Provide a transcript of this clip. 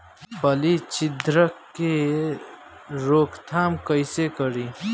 फली छिद्रक के रोकथाम कईसे करी?